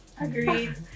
Agreed